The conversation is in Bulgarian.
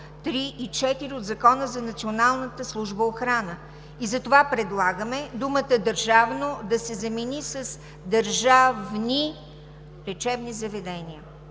3 и 4 от Закона за Националната служба за охрана. Затова предлагаме думата „държавно“ да се замени с „държавни лечебни заведения“.